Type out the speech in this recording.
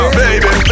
baby